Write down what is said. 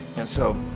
and so,